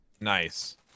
Nice